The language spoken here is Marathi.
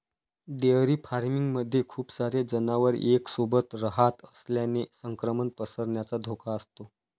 डेअरी फार्मिंग मध्ये खूप सारे जनावर एक सोबत रहात असल्याने संक्रमण पसरण्याचा धोका असतो